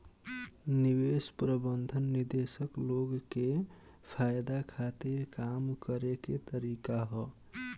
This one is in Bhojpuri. निवेश प्रबंधन निवेशक लोग के फायदा खातिर काम करे के तरीका ह